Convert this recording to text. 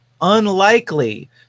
unlikely